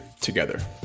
together